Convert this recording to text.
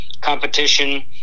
competition